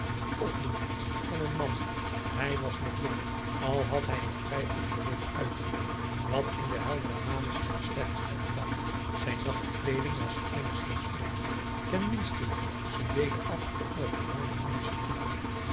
opdoemde van een man hij was nog jong al had hij een vrij afgeleefd uiterlijk wat in den helderen maneschijn sterk uitkwam zijn nachtkleeding was eenigszins vreemd ten minste ze week af van het gewone indische type